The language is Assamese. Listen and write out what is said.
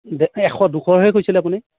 এশ দুশহে কৈছিলে আপুনি